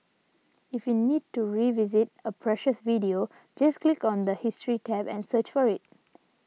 if you need to revisit a previous video just click on the history tab and search for it